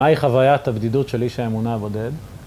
‫מהי חוויית הבדידות ‫של איש האמונה הבודד?